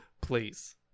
Please